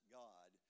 god